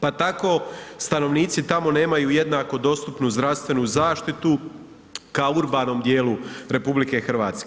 Pa tako stanovnici tamo nemaju jednako dostupnu zdravstvenu zaštitu kao u urbanom dijelu RH.